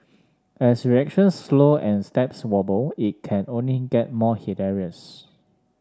as reactions slow and steps wobble it can only get more hilarious